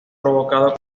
provocado